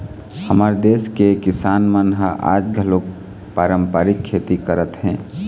हमर देस के किसान मन ह आज घलोक पारंपरिक खेती करत हे